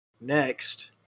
Next